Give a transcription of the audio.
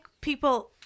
people